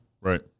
Right